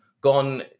gone